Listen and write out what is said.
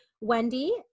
wendy